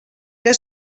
que